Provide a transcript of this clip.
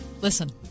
Listen